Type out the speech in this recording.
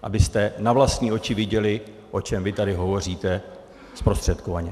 Abyste na vlastní oči viděli, o čem vy tady hovoříte zprostředkovaně.